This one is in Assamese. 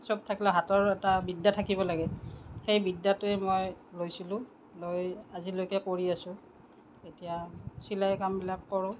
চব থাকিলেও হাতৰ এটা বিদ্যা থাকিব লাগে সেই বিদ্যাটোৱে মই লৈছিলোঁ লৈ আজিলৈকে কৰি আছোঁ এতিয়া চিলাই কামবিলাক কৰোঁ